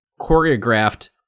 choreographed